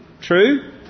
True